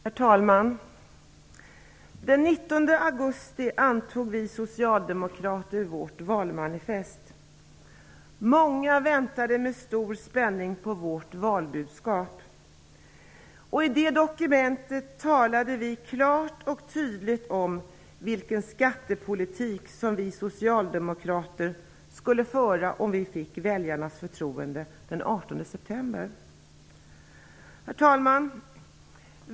Herr talman! Den 19 augusti antog vi socialdemokrater vårt valmanifest. Många väntade med stor spänning på vårt valbudskap. I det dokumentet talade vi klart och tydligt om vilken skattepolitik som vi socialdemokrater skulle föra om vi fick väljarnas förtroende den 18 september. Herr talman!